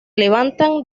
levantan